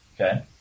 okay